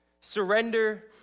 surrender